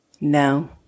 No